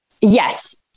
yes